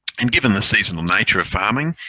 and given the seasonal nature of farming,